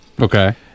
okay